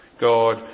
God